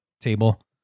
table